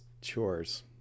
chores